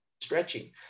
stretching